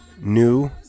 new